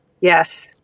Yes